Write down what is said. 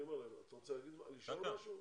אתה רוצה לשאול משהו?